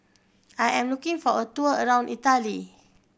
I am looking for a tour around Italy